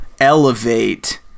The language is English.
elevate